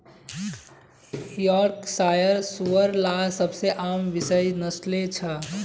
Yorkshire सूअर लार सबसे आम विषय नस्लें छ